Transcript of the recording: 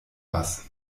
was